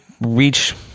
reach